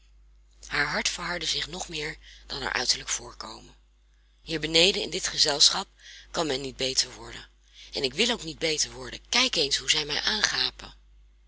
haar hart verhardde zich nog meer dan haar uiterlijk voorkomen hier beneden in dit gezelschap kan men niet beter worden en ik wil ook niet beter worden kijk eens hoe zij mij aangapen